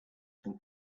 and